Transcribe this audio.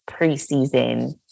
preseason